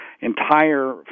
entire